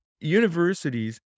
universities